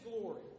glory